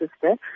sister